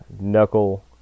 Knuckle